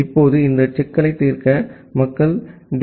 இப்போது இந்த சிக்கலை தீர்க்க மக்கள் டி